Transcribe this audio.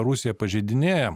rusija pažeidinėja